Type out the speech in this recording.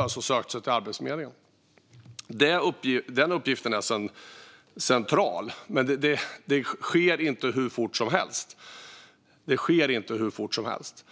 har sökt sig till Arbetsförmedlingen på annat sätt därför att den blivit arbetslös. Denna uppgift är central, men det sker inte hur fort som helst.